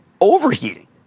overheating